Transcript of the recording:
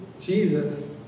Jesus